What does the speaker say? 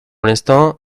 l’instant